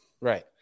Right